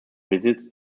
visits